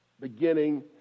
beginning